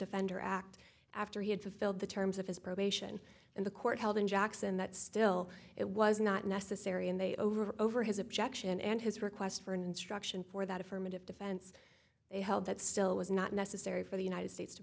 offender act after he had filled the terms of his probation and the court held in jackson that still it was not necessary and they over over his objection and his request for an instruction for that affirmative defense they held that still was not necessary for the united states to